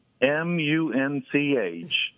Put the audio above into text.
M-U-N-C-H